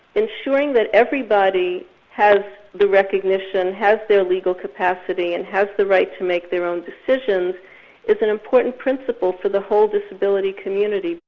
ensuring that everybody has the recognition, has their legal capacity, and has the right to make their own decisions is an important principle for the whole disability community.